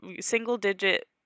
single-digit